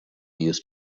used